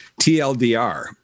TLDR